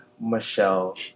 Michelle